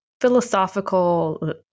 philosophical